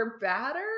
batter